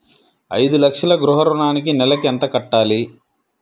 ఐదు లక్షల గృహ ఋణానికి నెలకి ఎంత కట్టాలి?